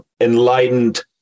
enlightened